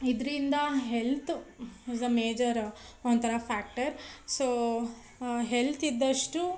ಇದರಿಂದ health is a major ಒಂಥರ factor so health ಇದ್ದಷ್ಟು